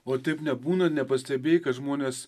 o taip nebūna nepastebėjai kad žmonės